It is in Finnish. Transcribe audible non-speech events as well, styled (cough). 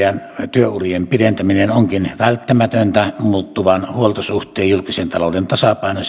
työurien pidentäminen onkin välttämätöntä muuttuvan huoltosuhteen julkisen talouden tasapainon (unintelligible)